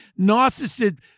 narcissist